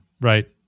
right